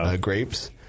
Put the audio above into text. grapes